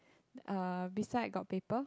uh beside got paper